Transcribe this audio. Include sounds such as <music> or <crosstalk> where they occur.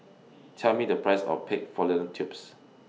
Tell Me The Price of Pig <unintelligible> Tubes